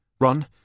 Run